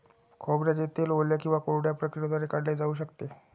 खोबऱ्याचे तेल ओल्या किंवा कोरड्या प्रक्रियेद्वारे काढले जाऊ शकते